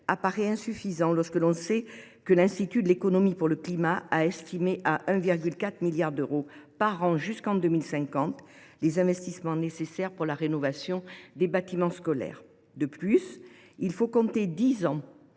apparaît insuffisant lorsque l’on sait que l’Institut de l’économie pour le climat a estimé à 1,4 milliard d’euros par an, jusqu’en 2050, les investissements nécessaires pour la rénovation des bâtiments scolaires. De plus, il faut compter dix ans